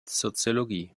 soziologie